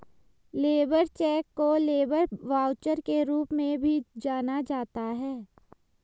labour cheque को labour voucher के रूप में भी जाना जाता है